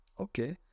Okay